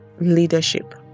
leadership